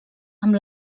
amb